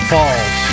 Falls